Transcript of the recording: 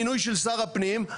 מינוי של שר הפנים.